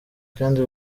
kandi